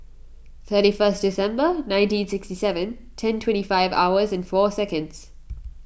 thirty first December nineteen sixty seven ten twenty five hours and four seconds